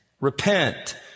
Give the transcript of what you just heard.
Repent